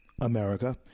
America